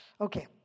okay